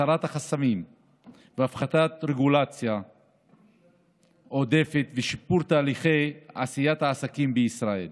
הסרת החסמים והפחתת רגולציה עודפת ושיפור תהליכי עשיית העסקים בישראל.